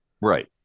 right